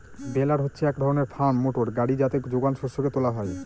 বেলার হচ্ছে এক ধরনের ফার্ম মোটর গাড়ি যাতে যোগান শস্যকে তোলা হয়